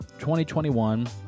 2021